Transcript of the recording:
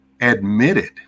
admitted